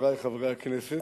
חברי חברי הכנסת,